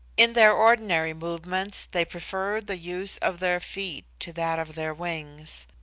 in their ordinary movements they prefer the use of their feet to that of their wings.